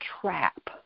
trap